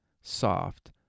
soft